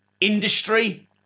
industry